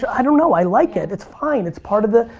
so i don't know, i like it. it's fine, it's part of the,